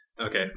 okay